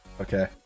Okay